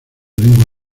lengua